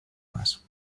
más